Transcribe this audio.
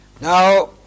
Now